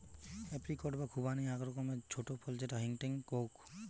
apricot বা খুবানি আক রকমের ছোট ফল যেটা হেংটেং হউক